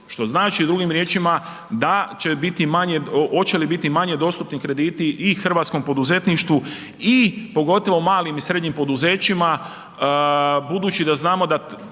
što znači drugim riječima hoće li biti manje dostupni krediti i hrvatskom poduzetništvu i pogotovo malim i srednjim poduzećima budući da znamo da